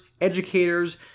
educators